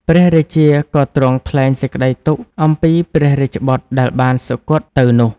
ព្រះរាជាក៏ទ្រង់ថ្លែងសេចក្ដីទុក្ខអំពីព្រះរាជបុត្រដែលបានសុគត់ទៅនោះ។